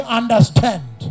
understand